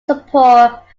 support